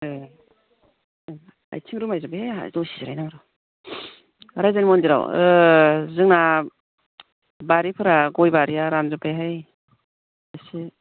ए आयथिं रुवायजोब्बायहाय आंहा दसे जिरायनो आं र' राइजोनि मन्दिराव जोंना बारिफोरा गय बारिया रानजोब्बायहाय एसे